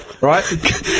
right